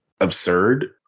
absurd